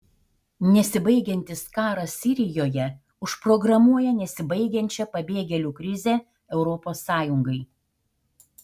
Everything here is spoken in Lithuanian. nesibaigiantis karas sirijoje užprogramuoja nesibaigiančią pabėgėlių krizę europos sąjungai